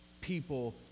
people